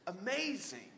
amazing